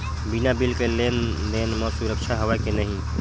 बिना बिल के लेन देन म सुरक्षा हवय के नहीं?